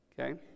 Okay